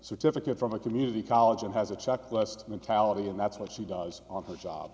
certificate from a community college and has a checklist mentality and that's what she does on her job